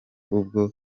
ubwo